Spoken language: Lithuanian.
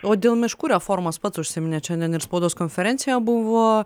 o dėl miškų reformos pats užsiminėt šiandien ir spaudos konferencija buvo